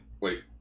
Wait